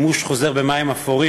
לא, אז בבקשה, אדוני, אין שום בעיה.